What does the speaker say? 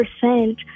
percent